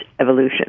evolution